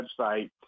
website